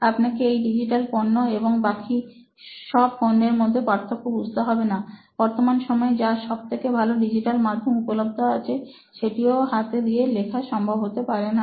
আপনাকে এই ডিজিটাল পণ্য এবং বাকি সব পণ্যের মধ্যে পার্থক্য বুঝতে হবে না বর্তমান সময়ে যা সব থেকে ভালো ডিজিটাল মাধ্যম উপলব্ধ আছে সেটিও হাতে দিয়ে লেখা সম্ভব হতে পারে না